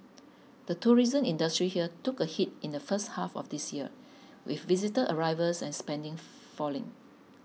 the tourism industry here took a hit in the first half of this year with visitor arrivals and spending falling